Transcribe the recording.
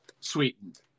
sweetened